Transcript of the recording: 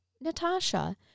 Natasha